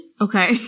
Okay